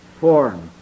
form